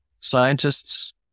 scientists